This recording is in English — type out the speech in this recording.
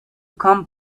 come